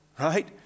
Right